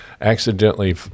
accidentally